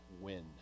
win